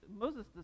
Moses